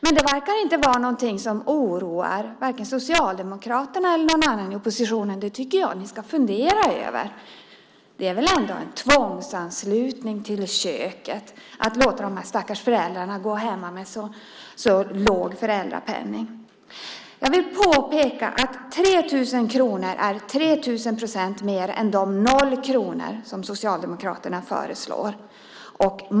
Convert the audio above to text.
Men det verkar inte vara någonting som oroar vare sig Socialdemokraterna eller någon annan i oppositionen. Det tycker jag att ni ska fundera över. Det är väl ändå en tvångsanslutning till köket att låta de här stackars föräldrarna gå hemma med så låg föräldrapenning? Jag vill påpeka att 3 000 kronor är 3 000 kronor mer än de 0 kronor som Socialdemokraterna föreslår.